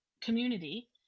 community